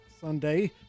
Sunday